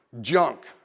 junk